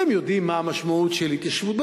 והם יודעים מה המשמעות של התיישבות,